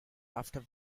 after